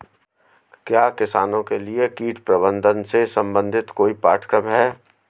क्या किसानों के लिए कीट प्रबंधन से संबंधित कोई पाठ्यक्रम है?